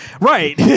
Right